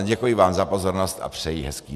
Děkuji vám za pozornost a přeji hezký den.